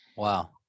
Wow